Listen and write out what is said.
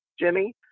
Jimmy